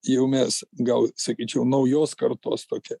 jau mes gal sakyčiau naujos kartos tokie